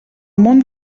món